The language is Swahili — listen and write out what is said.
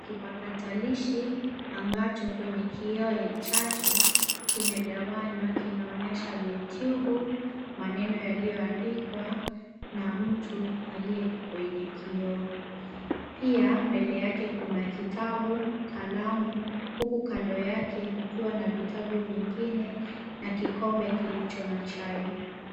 Kipakatalishi ambacho kwenye kioe chake kimegawanywa kinaonyesha youtube ,maneno yaliyoandikwa na mtu aliye kwenye kioo. Pia mbele yake kuna kitabu, kalamu, huku kando yake kukiwa na vitabu vingine na kikombe kilicho na chai.